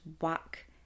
whack